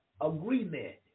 agreement